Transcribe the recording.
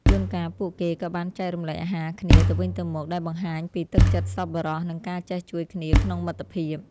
ជួនកាលពួកគេក៏បានចែករំលែកអាហារគ្នាទៅវិញទៅមកដែលបង្ហាញពីទឹកចិត្តសប្បុរសនិងការចេះជួយគ្នាក្នុងមិត្តភាព។